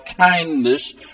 kindness